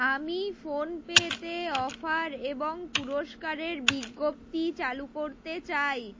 আমি ফোনপেতে অফার এবং পুরস্কারের বিজ্ঞপ্তি চালু করতে চাই